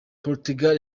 portugal